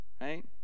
right